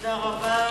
תודה רבה.